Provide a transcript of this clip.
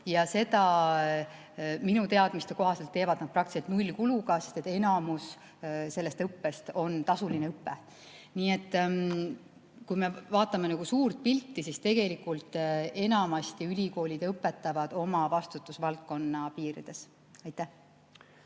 ja seda minu teadmiste kohaselt teevad nad praktiliselt nullkuluga, sest enamus sellest õppest on tasuline õpe. Nii et kui me vaatame suurt pilti, siis tegelikult enamasti ülikoolid õpetavad oma vastutusvaldkonna piirides. Aitäh!